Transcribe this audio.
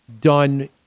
done